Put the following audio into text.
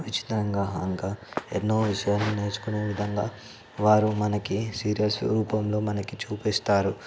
ఉచితంగా ఇంకా ఎన్నో విషయాలు నేర్చుకునే విధంగా వారు మనకి సీరియల్స్ రూపంలో మనకి చూపిస్తారు